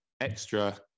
extra